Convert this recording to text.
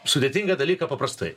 sudėtingą dalyką paprastai